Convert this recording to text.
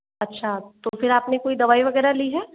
अच्छा तो फिर आप ने कोई दवाई वगैरह ली है